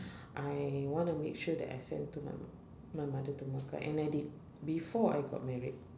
I wanna make sure that I send to my my mother to mecca and I did before I got married